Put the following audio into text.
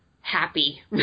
happy